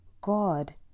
God